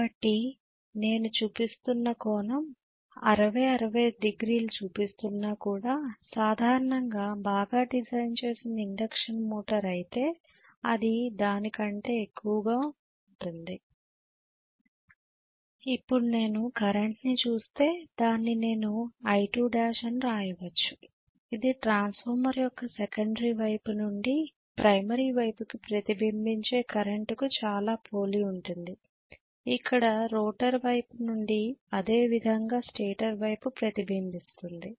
కాబట్టి నేను చూపిస్తున్న కోణం 65 డిగ్రీల చూపిస్తున్నా కూడా సాధారణంగా బాగా డిజైన్ ఇండక్షన్ మోటర్ అయితే అది దాని కంటే ఎక్కువగా ఉంటుంది ఇప్పుడు నేను కరెంట్ ని చూస్తే దాన్ని నేను I2l అని వ్రాయవచ్చు ఇది ట్రాన్స్ఫార్మర్ యొక్క సెకండరీ వైపు నుండి ప్రైమరీ వైపుకి ప్రతిబింబించే కరెంటుకు చాలా పోలి ఉంటుంది ఇక్కడ రోటర్ వైపు నుండి అదే విధంగా స్టేటర్ వైపు ప్రతిబింబిస్తుంది